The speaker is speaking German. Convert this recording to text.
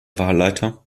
wahlleiter